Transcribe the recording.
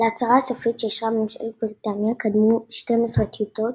להצהרה הסופית שאישרה ממשלת בריטניה קדמו 12 טיוטות,